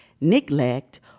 neglect